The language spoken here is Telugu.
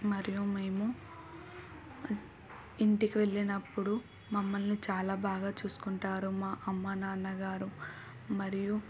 మరియు మేము ఇంటికి వెళ్ళినప్పుడు మమ్మల్ని చాలా బాగా చూసుకుంటారు మా అమ్మ నాన్నగారు మరియు